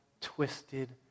twisted